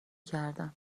کردم